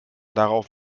darauf